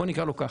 נקרא לו כך.